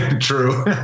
True